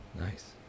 Nice